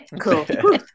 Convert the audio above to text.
Cool